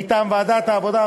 מטעם ועדת העבודה,